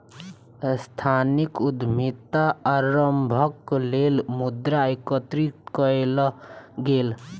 सांस्थानिक उद्यमिता आरम्भक लेल मुद्रा एकत्रित कएल गेल